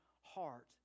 heart